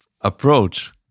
approach